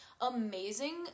amazing